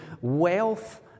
wealth